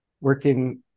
working